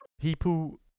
people